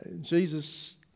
Jesus